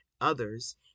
others